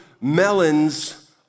melons